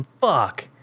Fuck